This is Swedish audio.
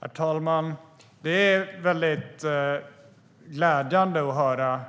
Herr talman! Det är väldigt glädjande att höra